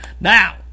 Now